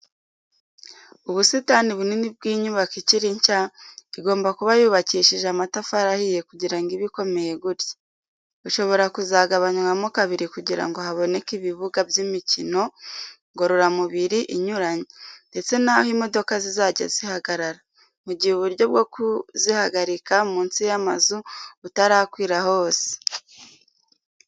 Ubusitani bunini bw'inyubako ikiri nshya, igomba kuba yubakishije amatafari ahiye kugira ngo ibe ikomeye gutya. Bushobora kuzagabanywamo kabiri kugira ngo haboneke ibibuga by'imikino ngororamubiri inyuranye, ndetse naho imodoka zizajya zihagarara, mu gihe uburyo bwo kuzihagarika munsi y'amazu butarakwira hose.